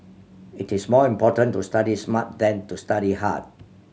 it is more important to study smart than to study hard